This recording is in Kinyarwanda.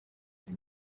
ibi